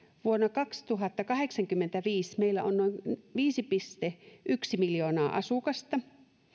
vuonna kaksituhattakahdeksankymmentäviisi meillä on on noin viisi pilkku yksi miljoonaa asukasta